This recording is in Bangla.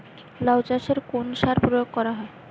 লাউ চাষে কোন কোন সার প্রয়োগ করা হয়?